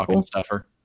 Stuffer